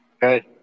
Good